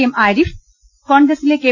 M Arif കോൺഗ്രസിലെ K